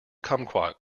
kumquat